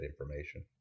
information